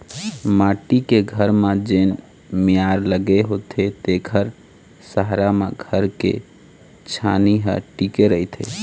माटी के घर म जेन मियार लगे होथे तेखरे सहारा म घर के छानही ह टिके रहिथे